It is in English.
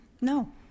No